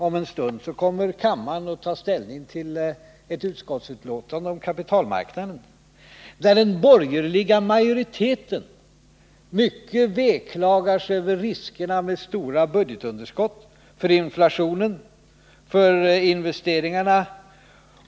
Om en stund kommer kammarens ledamöter att ta ställning till ett utskottsbetänkande om kapitalmarknaden, i vilket den borgerliga majoriteten mycket veklagar över riskerna med det stora budgetunderskottet, över inflationen och över de låga investeringarna.